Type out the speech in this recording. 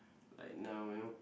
like now you know